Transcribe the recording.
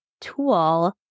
tool